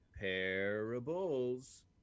parables